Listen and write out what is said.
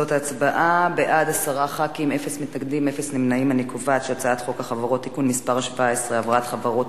ההצעה להעביר את הצעת חוק החברות (תיקון מס' 17) (הבראת חברות),